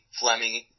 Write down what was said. Fleming